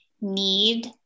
need